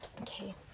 Okay